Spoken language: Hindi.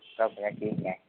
तो भईया ठीक है